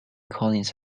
collins